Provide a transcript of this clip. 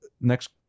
next